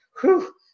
Whew